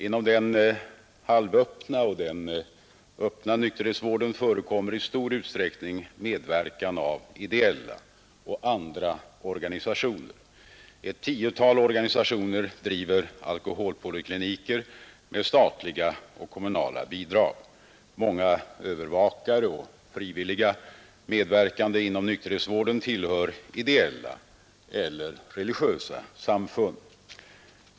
Inom den halvöppna och öppna nykterhetsvården förekommer i stor utsträckning medverkan av ideella och andra organisationer. Ett tiotal organisationer driver alkoholpolikliniker med statliga och kommunala bidrag. Många övervakare och frivilliga medverkande inom nykterhetsvården tillhör ideella eller religiösa samfund.